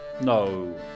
No